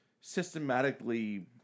systematically